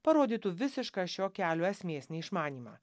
parodytų visišką šio kelio esmės neišmanymą